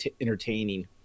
entertaining